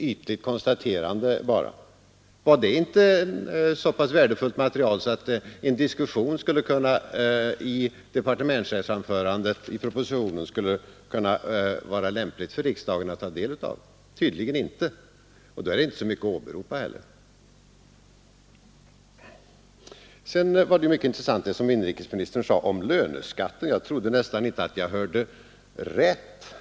Var det inte så pass värdefullt material att en diskussion i departementschefens anförande i propositionen skulle kunna vara någonting för riksdagen att ta del av? Tydligen inte — men då är det inte heller så mycket att åberopa. Det som inrikesministern sade om löneskatten var mycket intressant. Jag trodde nästan att jag inte hörde rätt.